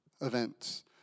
events